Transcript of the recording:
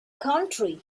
country